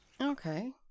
Okay